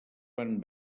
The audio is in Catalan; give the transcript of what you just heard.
van